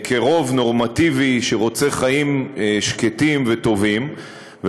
כרוב נורמטיבי שרוצה חיים שקטים וטובים.